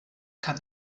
kann